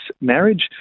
marriage